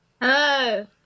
Hello